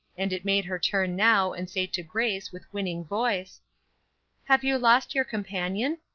and it made her turn now and say to grace, with winning voice have you lost your companion?